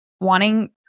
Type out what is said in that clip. wanting